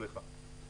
סליחה.